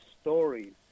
stories